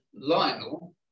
Lionel